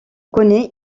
connaît